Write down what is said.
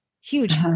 huge